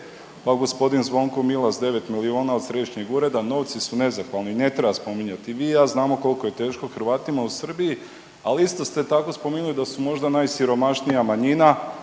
pa gospodin Zvonko Milas 9 miliona od središnjeg ureda. Novci su nezahvalni, ne treba spominjati. I vi i ja znamo koliko je teško Hrvatima u Srbiji, ali isto ste tako spomenuli da su možda najsiromašnija manjina